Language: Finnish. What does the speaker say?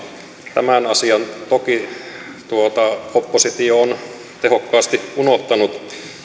tämän asian toki oppositio on tehokkaasti unohtanut